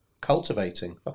Cultivating